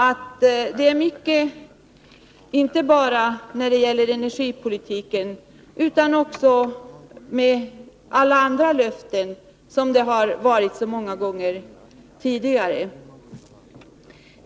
Det är på samma sätt när det gäller energipolitiken som med alla andra löften så många gånger tidigare.